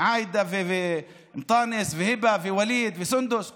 עאידה ואנטאנס והיבה ווליד וסונדוס,